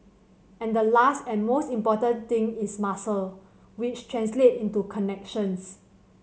and the last and most important thing is muscle which translate into connections